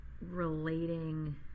relating